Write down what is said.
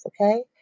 okay